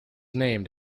named